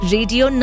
Radio